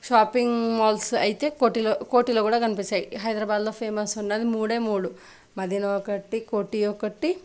shopping malls అయితే కోటిలో కోటిలో కూడా కనిపిస్తాయి హైదరాబాదులో ఫేమస్ ఉన్నది మూడే మూడు మదీనా ఒకటి కోటీ ఒకటి